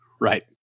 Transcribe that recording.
Right